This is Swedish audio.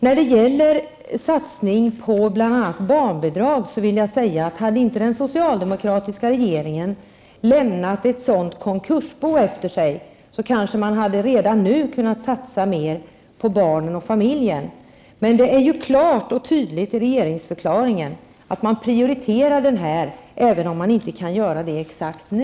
När det gäller satsningar på bl.a. barnbidrag vill jag säga att om den socialdemokratiska regeringen inte hade lämnat ett sådant konkursbo efter sig kanske man redan nu hade kunnat satsa mera på barnen och familjen. Men det framgår ju klart och tydligt av regeringsförklaringen att den nuvarande regeringen prioriterar detta även om den inte kan göra det exakt nu.